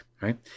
Right